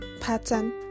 pattern